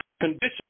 condition